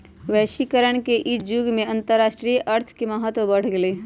वैश्वीकरण के इ जुग में अंतरराष्ट्रीय अर्थ के महत्व बढ़ गेल हइ